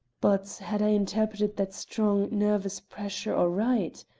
but, had i interpreted that strong, nervous pressure aright?